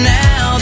now